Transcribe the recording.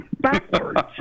backwards